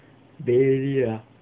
bailey ah